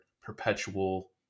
perpetual